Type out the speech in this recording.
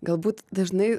galbūt dažnai